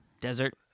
Desert